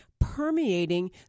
permeating